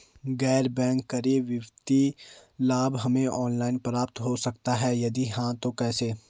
गैर बैंक करी वित्तीय लाभ हमें ऑनलाइन प्राप्त हो सकता है यदि हाँ तो कैसे?